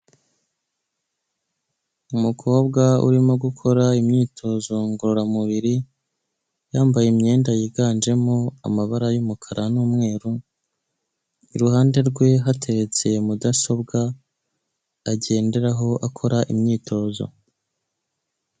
Umukobwa urimo gukora imyitozo ngororamubiri yambaye imyenda yiganjemo amabara y'umukara n'umweru iruhande rwe hateretse mudasobwa agenderaho akora imyitozo.